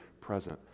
present